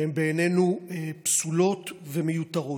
שהן בעינינו פסולות ומיותרות.